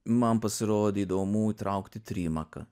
man pasirodė įdomu įtraukti trimaką